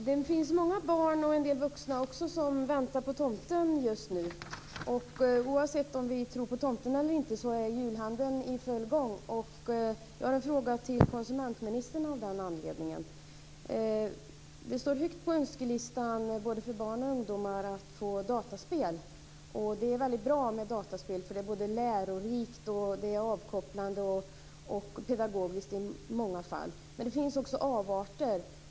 Fru talman! Många barn och även en del vuxna väntar just nu på tomten. Oavsett om vi tror på tomten eller inte är julhandeln i full gång. Jag har av den anledningen en fråga till konsumentministern. Både för barn och för ungdomar står dataspel högt på önskelistan. Dataspel är bra, eftersom de är lärorika, avkopplande och i många fall pedagogiska, men det finns också avarter.